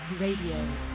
Radio